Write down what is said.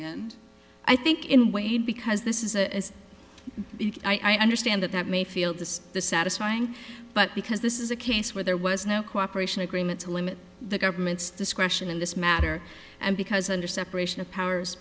and i think in way because this is a i understand that that may feel this the satisfying but because this is a case where there was no cooperation agreement to limit the government's discretion in this matter and because under separation of powers